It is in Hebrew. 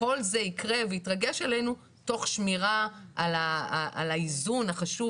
שכל זה יקרה ויתרגש עלינו תוך שמירה על האיזון החשוב